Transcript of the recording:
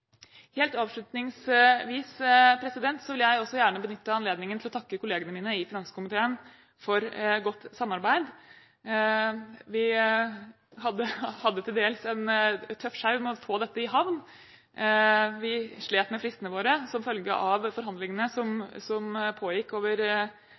Helt avslutningsvis vil jeg også gjerne benytte anledningen til å takke kollegene mine i finanskomiteen for godt samarbeid. Vi hadde en til dels tøff sjau med å få dette i havn. Vi slet med fristene våre som følge av at forhandlingene